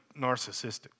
narcissistic